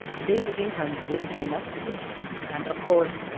the basic income wouldn't be enough for you and, of course,